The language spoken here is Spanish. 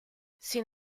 sin